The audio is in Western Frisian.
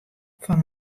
fan